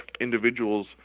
individuals